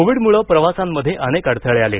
कोविडमुळे प्रवासांमध्ये अनेक अडथळे आले